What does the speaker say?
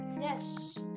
Yes